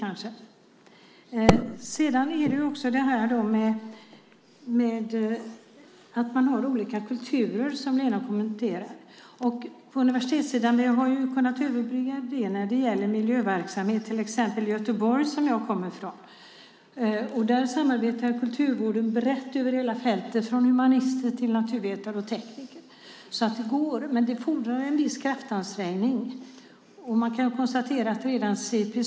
Lena kommenterade att man har olika kulturer. På universitetssidan har vi kunnat överbrygga det när det gäller miljöverksamhet, till exempel i Göteborg som jag kommer från. Där samarbetar kulturvården brett över hela fältet, från humanister till naturvetare och tekniker. Det går, men det fordrar en viss kraftansträngning. Man kan konstatera att redan C.P.